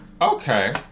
okay